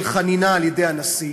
של חנינה על-ידי הנשיא,